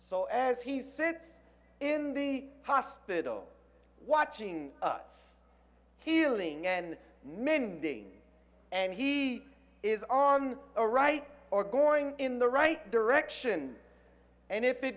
so as he sits in the hospital watching us healing and mending and he is on a right or going in the right direction and if it